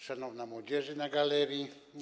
Szanowna Młodzieży na galerii!